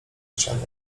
ścian